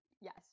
Yes